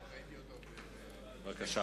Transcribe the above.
תודה.